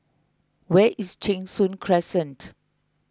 where is Cheng Soon Crescent